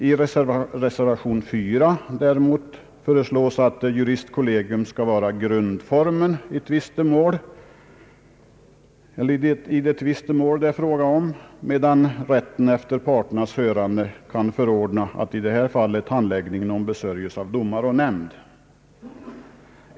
I reservation 4 däremot föreslås att juristkollegium skall vara grundformen i de tvistemål det här är fråga om, under det att rätten efter parternas hörande kan förordna att handläggningen ombesörjes av domare och nämnd.